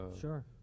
sure